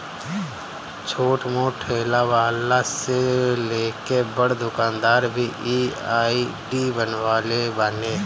छोट मोट ठेला वाला से लेके बड़ दुकानदार भी इ आई.डी बनवले बाने